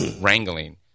wrangling